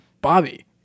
Bobby